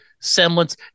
semblance